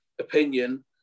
opinion